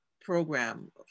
program